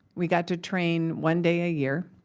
we got to train one day a year.